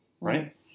right